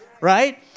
right